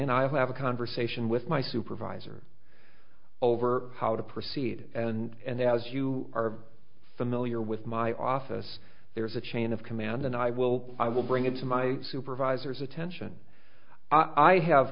and i have a conversation with my supervisor over how to proceed and as you are familiar with my office there is a chain of command and i will i will bring it to my supervisors attention i have